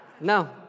No